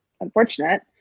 unfortunate